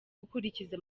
gukurikiza